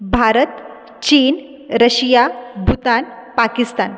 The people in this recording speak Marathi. भारत चीन रशिया भूतान पाकिस्तान